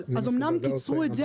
אז אומנם קיצרו את זה,